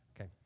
Okay